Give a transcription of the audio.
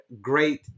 great